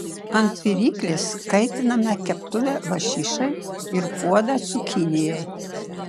ant viryklės kaitiname keptuvę lašišai ir puodą cukinijai